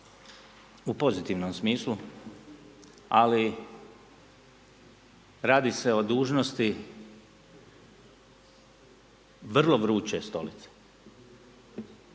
u pozitivnom smislu, ali radi se o dužnosti vrlo vruće stolice.